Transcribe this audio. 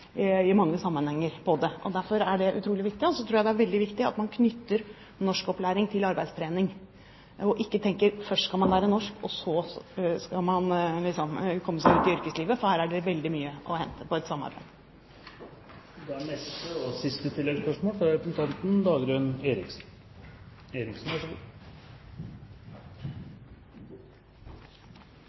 i mange sammenhenger, og derfor er dette utrolig viktig. Jeg tror også det er viktig at man knytter norskopplæring til arbeidstrening, og ikke tenker at først skal man lære norsk og så skal man komme seg ut i yrkeslivet. Her er det veldig mye å hente på et samarbeid. Dagrun Eriksen – til oppfølgingsspørsmål. I disse temaene ligger det mange flotte menneskers skuffelser og